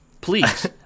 Please